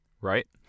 Right